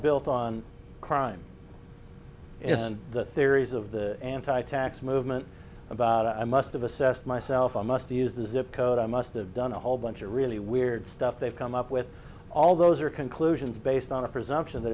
built on crime and the theories of the anti tax movement about i must have assessed myself i must use the zip code i must have done a whole bunch of really weird stuff they've come up with all those are conclusions based on a presumption th